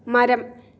മരം